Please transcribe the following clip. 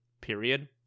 period